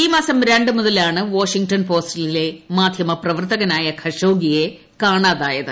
ഈ മാസം രണ്ടു മുതലാണ് വാഷിംഗ്ടൺ പോസ്റ്റിലെ മാധ്യമ പ്രവർത്തകനായ ഖഷോഗിയോ കാണാതായത്